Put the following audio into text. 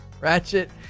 ratchet